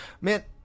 Man